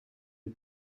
het